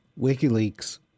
WikiLeaks